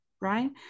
right